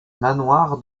manoir